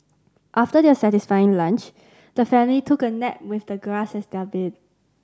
after their satisfying lunch the family took a nap with the grass as their bed